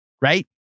right